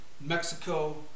mexico